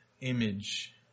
image